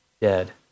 dead